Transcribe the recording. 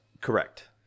correct